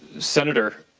senator